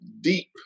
deep